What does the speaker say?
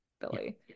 Billy